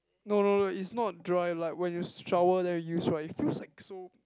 no no no it's not dry like when you shower then you use right it feels like so